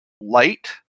light